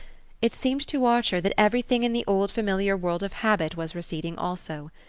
it seemed to archer that everything in the old familiar world of habit was receding also.